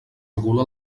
regula